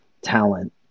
talent